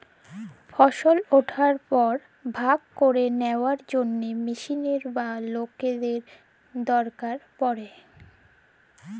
ফসল উঠার পর ভাগ ক্যইরে লিয়ার জ্যনহে মেশিলের বা লকদের দরকার পড়ে